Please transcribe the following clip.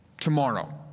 tomorrow